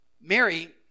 Mary